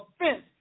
offense